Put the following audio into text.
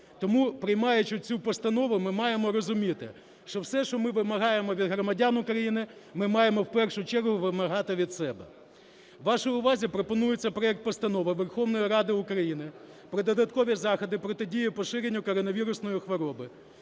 Тому приймаючи цю постанову, ми маємо розуміти, що все, що ми вимагаємо від громадян України, ми маємо в першу чергу вимагати від себе. Вашій увазі пропонується проект Постанови Верховної Ради України про додаткові заходи протидії поширенню коронавірусної хвороби,